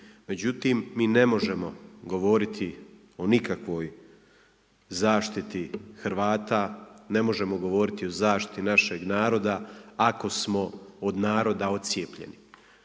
Međutim, mi ne možemo govoriti o nikakvoj zaštiti Hrvata, ne možemo govoriti o zaštiti našeg naroda, ako smo od naroda ocijepljeni.